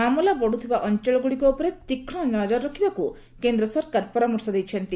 ମାମଲା ବଢୁଥିବା ଅଞ୍ଚଳଗୁଡିକ ଉପରେ ତୀକ୍ଷ୍ମ ନଜର ରଖିବାକୁ କେନ୍ଦ୍ରସରକାର ପରାମର୍ଶ ଦେଇଛନ୍ତି